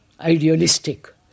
idealistic